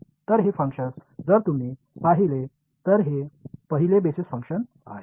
तर हे फंक्शन जर तुम्ही पाहिले तर हे पहिले बेसिस फंक्शन आहे